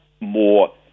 more